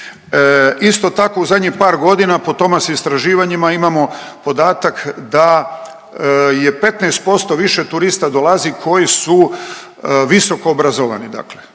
Isto tako u zadnjih par godina po Tomas istraživanjima imamo podatak da je 15% više turista dolazi koji su visokoobrazovani